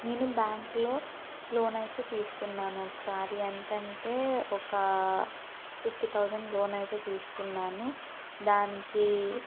నేను బ్యాంకులో లోన్ అయితే తీసుకున్నాను ఒకసారి ఎంత అంటే ఒక ఫిఫ్టీ థౌసండ్ లోన్ అయితే తీసుకున్నాను దానికి